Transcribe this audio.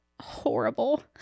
horrible